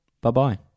Bye-bye